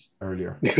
earlier